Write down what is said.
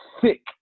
sick